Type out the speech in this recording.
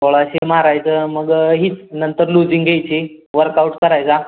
सोळाशे मारायचं मग हीच नंतर लुझिंग घ्यायची वर्कआउट करायचा